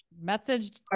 Message